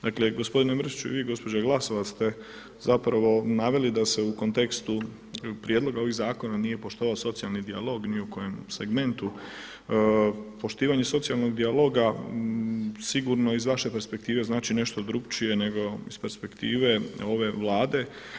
Dakle, gospodine Mrsiću i vi gospođo Glasovac ste zapravo naveli da se u kontekstu prijedloga ovoga zakona nije poštovao socijalni dijalog ni u kojem segmentu, poštivanju socijalnog dijaloga, sigurno iz vaše perspektive znači nešto drukčije nego iz perspektive ove Vlade.